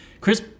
Chris